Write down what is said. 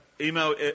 Email